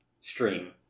Stream